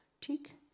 tick